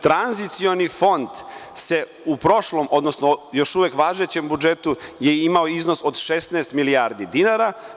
Tranzicioni fond se u prošlom, odnosno u još uvek važećem budžetu je imao iznos od 16 milijardi dinara.